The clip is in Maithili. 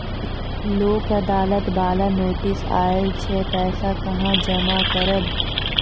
लोक अदालत बाला नोटिस आयल छै पैसा कहां जमा करबऽ?